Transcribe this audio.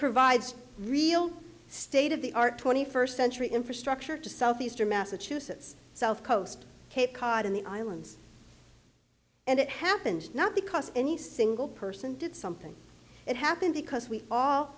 provides real state of the art twenty first century infrastructure to southeastern massachusetts south coast cape cod and the islands and it happened not because any single person did something it happened because we all